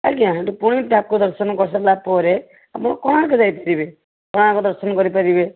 ଆଜ୍ଞା ସେଠି ପୁଣି ଠାକୁର ଦର୍ଶନ କରିସାରିଲା ପରେ ଆପଣ କୋଣାର୍କ ଯାଇପାରିବେ କୋଣାର୍କ ଦର୍ଶନ କରିପାରିବେ